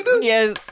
Yes